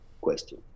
question